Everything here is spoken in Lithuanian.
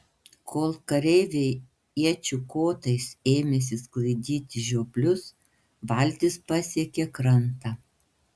kol kareiviai iečių kotais ėmėsi sklaidyti žioplius valtis pasiekė krantą